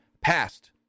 passed